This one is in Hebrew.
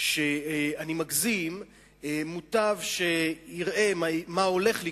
שאני מגזים מוטב שיראה מה הולך לקרות,